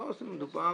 לא, מדובר